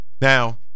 now